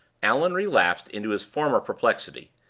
allan relapsed into his former perplexity,